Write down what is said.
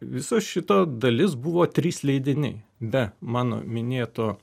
viso šito dalis buvo trys leidiniai be mano minėto